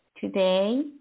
Today